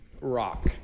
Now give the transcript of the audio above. rock